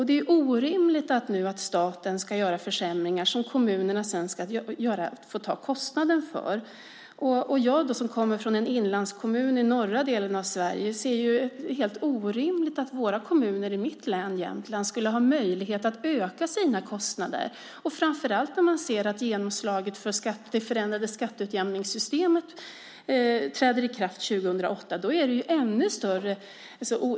Det är orimligt att staten ska göra försämringar som kommunerna får ta kostnaden för. Jag kommer från en inlandskommun i norra delen av Sverige. Det är helt orimligt att kommuner i mitt län, Jämtland, skulle ha möjlighet att öka sina kostnader, speciellt med tanke på att det förändrade skatteutjämningssystemet träder i kraft 2008.